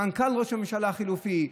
מנכ"ל ראש ממשלה חלופי,